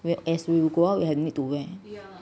will as we will go out we had made to wear